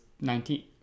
nineteen